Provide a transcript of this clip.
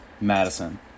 Madison